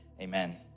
amen